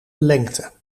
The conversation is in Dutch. lengte